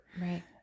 right